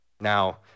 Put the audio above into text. Now